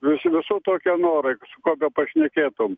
iš visų tokie norai su kuo bepašnekėtum